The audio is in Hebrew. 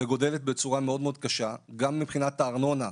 וגדלה בצורה מאוד קשה, גם מבחינת הארנונה,